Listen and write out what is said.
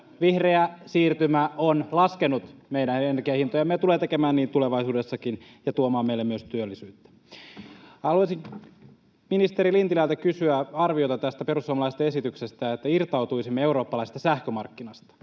vihreä siirtymä on laskenut meidän energiahintojamme ja tulee tekemään niin tulevaisuudessakin ja tuomaan meille myös työllisyyttä. Haluaisin ministeri Lintilältä kysyä arviota tästä perussuomalaisten esityksestä, että irtautuisimme eurooppalaisesta sähkömarkkinasta,